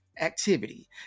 activity